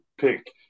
pick